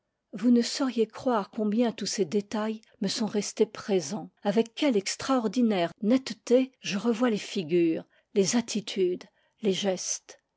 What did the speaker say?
vous ne sauriez croire com bien tous ces détails me sont restés présents avec quelle extraordinaire netteté je revois les figures les attitudes les gestes